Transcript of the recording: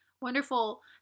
Wonderful